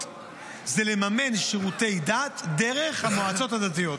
הוא לממן שירותי דת דרך המועצות הדתיות.